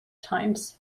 times